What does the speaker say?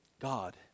God